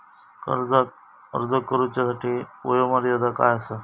कर्जाक अर्ज करुच्यासाठी वयोमर्यादा काय आसा?